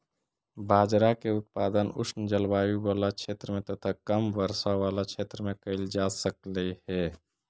बाजरा के उत्पादन उष्ण जलवायु बला क्षेत्र में तथा कम वर्षा बला क्षेत्र में कयल जा सकलई हे